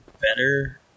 better